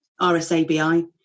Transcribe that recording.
RSABI